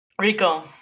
Rico